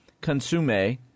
consume